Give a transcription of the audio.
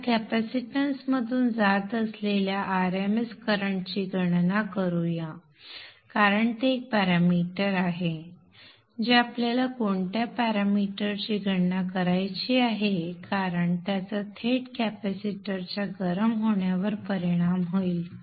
आता कॅपॅसिटन्समधून जात असलेल्या RMS करंटची गणना करूया कारण ते एक पॅरामीटर आहे जे आपल्याला कोणत्या पॅरामीटरची गणना करायची आहे कारण त्याचा थेट कॅपेसिटरच्या गरम होण्यावर परिणाम होईल